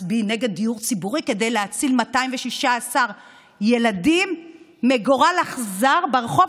תצביעי נגד דיור ציבורי כדי להציל 216 ילדים מגורל אכזר ברחוב?